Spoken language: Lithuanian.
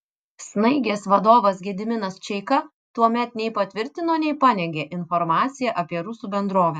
snaigės vadovas gediminas čeika tuomet nei patvirtino nei paneigė informaciją apie rusų bendrovę